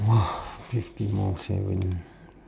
!wah! fifty more seven